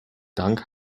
dank